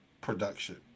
production